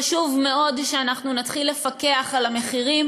חשוב מאוד שאנחנו נתחיל לפקח על המחירים,